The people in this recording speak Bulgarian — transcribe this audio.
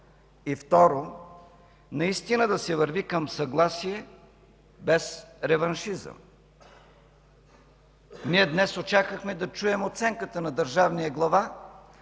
и, второ, наистина да се върви към съгласие без реваншизъм. Ние днес очаквахме да чуем оценката на държавния глава